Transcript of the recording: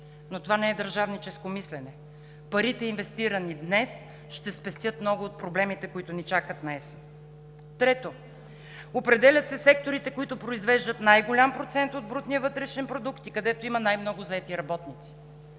обаче не е държавническо мислене. Парите, инвестирани днес, ще спестят много от проблемите, които ни чакат наесен. Трето, определят се секторите, които произвеждат най-голям процент от брутния вътрешен продукт и където има най-много заети работници.